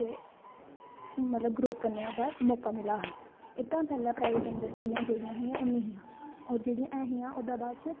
ते मतलव ग्रोथ करनें दा मौका मिलेआ हा एह्दै शा थल्लै प्राईवेट इंडस्ट्रियां जेह्ड़ियां नेंई हियां जेह्ड़ियां ऐहियैां ओह्दै शा बाद च